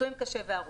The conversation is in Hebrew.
פצועים קשה והרוגים.